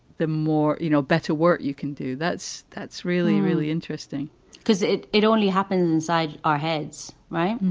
the more, you know, better work you can do that's that's really, really interesting because it it only happens inside our heads. right.